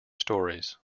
stories